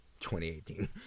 2018